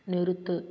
நிறுத்து